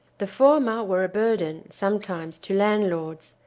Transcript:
the former were a burden, sometimes, to landlords,